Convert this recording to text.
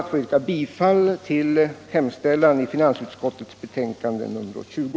Jag yrkar bifall till finansutskottets hemställan i betänkande nr 20.